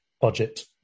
budget